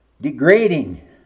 degrading